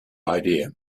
idea